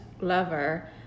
lover